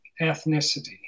ethnicity